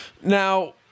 Now